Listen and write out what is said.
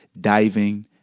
diving